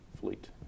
fleet